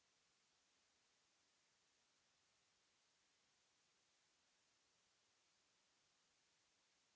...